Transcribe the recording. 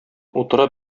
утыра